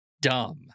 dumb